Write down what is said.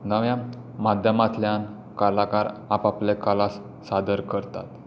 नव्या माध्यमांतल्यान कलाकार आप आपले कला सादर करतात